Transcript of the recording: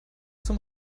zum